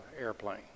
airplane